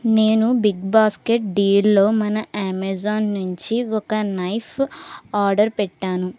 నేను Big Basket డీల్లో మన అమెజాన్ నుంచి ఒక నైఫ్ ఆర్డర్ పెట్టాను